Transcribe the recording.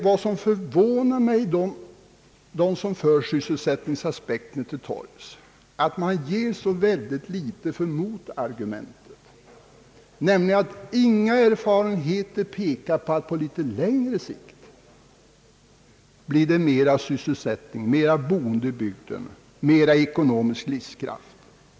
Vad som förvånar mig, när sysselsättningsaspekten förs till torgs, är att dess förespråkare ger så litet för motargumentet, att inga erfarenheter pekar på att det på litet längre sikt blir mera sysselsättning, mera boende i bygden, mera ekonomisk livskraft.